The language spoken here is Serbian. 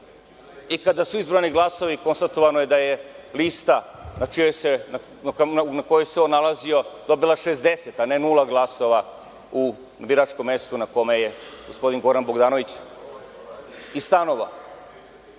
Kada su izbrojani glasovi konstatovano je da je lista na kojoj se on nalazio dobila 60, a ne nula glasova u biračkom mestu na kome je gospodin Goran Bogdanović stanovao.